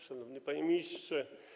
Szanowny Panie Ministrze!